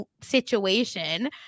situation